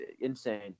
insane